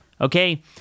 Okay